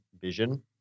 vision